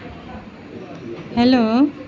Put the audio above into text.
hello